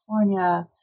California